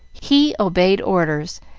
he obeyed orders,